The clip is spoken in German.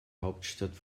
hauptstadt